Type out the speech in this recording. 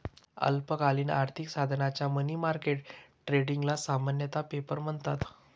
अल्पकालीन आर्थिक साधनांच्या मनी मार्केट ट्रेडिंगला सामान्यतः पेपर म्हणतात